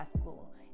school